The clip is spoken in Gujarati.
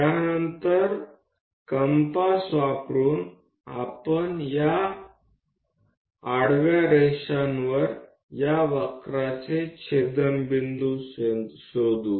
ત્યારબાદ કંપાસ નો ઉપયોગ કરીને આપણે આ વક્ર અને આ આડી લીટીઓના છેદ બિંદુઓ સ્થિત કરીશું